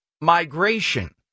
migration